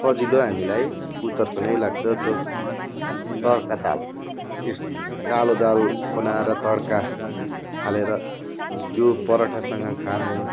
सजिलो हामीलाई उत्तरको नै लाग्छ जस तर्का दाल इस कालो दाल बनाएर तर्का हालेर त्यो पराठासँग खानु